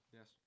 Yes